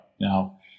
Now